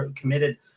committed